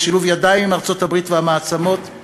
בשילוב ידיים עם ארצות-הברית והמעצמות,